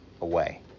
away